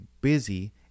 busy